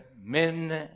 men